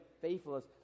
faithfulness